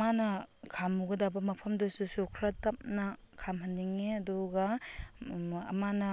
ꯃꯥꯅ ꯈꯥꯝꯃꯨꯒꯗꯕ ꯃꯐꯝꯗꯨꯁꯨ ꯈꯔ ꯇꯝꯅ ꯈꯥꯝꯍꯟꯅꯤꯡꯉꯤ ꯑꯗꯨꯒ ꯃꯥꯅ